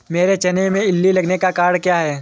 मेरे चने में इल्ली लगने का कारण क्या है?